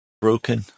broken